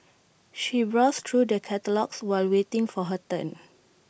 she browsed through the catalogues while waiting for her turn